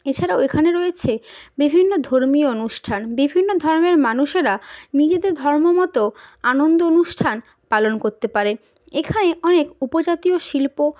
এছাড়াও এখানে রয়েছে বিভিন্ন ধর্মীয় অনুষ্ঠান বিভিন্ন ধর্মের মানুষেরা নিজেদের ধর্ম মতো আনন্দ অনুষ্ঠান পালন করতে পারে এখানে অনেক উপজাতীয় শিল্প